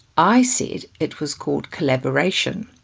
i said it was called collaboration,